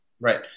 Right